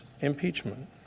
impeachment